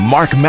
Mark